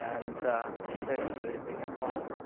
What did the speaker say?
and sort of ah they kept falling.